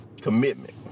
commitment